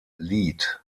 lied